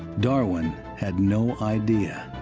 darwin had no idea,